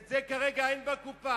ואת זה כרגע אין בקופה.